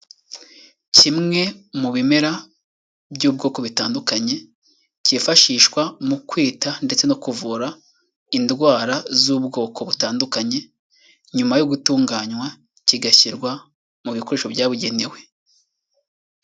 Kimwe mu bimera by'ubwoko bitandukanye kifashishwa mu kwita ndetse no kuvura indwara z'ubwoko butandukanye, nyuma yo gutunganywa kigashyirwa mu bikoresho byabugenewe.